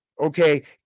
okay